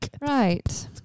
right